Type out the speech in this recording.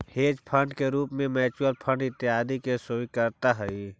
hedge fund के रूप में म्यूच्यूअल फंड इत्यादि के स्वीकार्यता हई